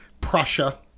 Prussia